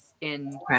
in-